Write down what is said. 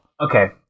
Okay